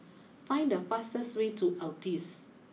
find the fastest way to Altez